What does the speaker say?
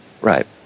Right